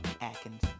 Atkins